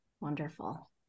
Wonderful